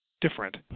different